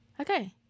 Okay